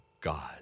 God